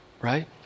right